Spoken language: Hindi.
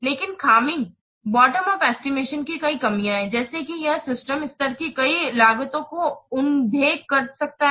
लेकिन खामी बॉटम उप एस्टिमेशन की कई कमियां हैं जैसे कि यह सिस्टम स्तर की कई लागतों को उन्धेखा कर सकता है